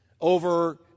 over